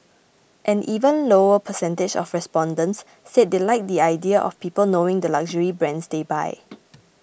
an even lower percentage of respondents said they like the idea of people knowing the luxury brands they buy